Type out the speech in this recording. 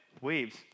waves